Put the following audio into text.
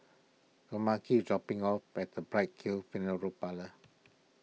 Tomeka dropping off by the Bright Hill Funeral Parlour